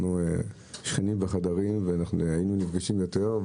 אנחנו שכנים בחדרים והיינו נפגשים יותר,